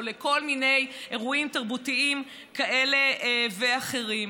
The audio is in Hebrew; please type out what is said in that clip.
לכל מיני אירועים תרבותיים כאלה ואחרים.